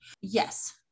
Yes